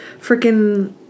freaking